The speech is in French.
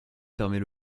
permet